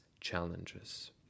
challenges